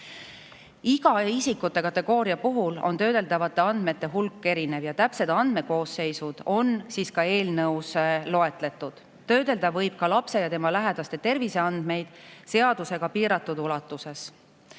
Iga isikute kategooria puhul on töödeldavate andmete hulk erinev ja täpsed andmekoosseisud on ka eelnõus loetletud. Töödelda võib ka lapse ja tema lähedaste terviseandmeid seadusega piiratud ulatuses.